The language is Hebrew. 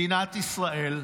מדינת ישראל,